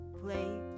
play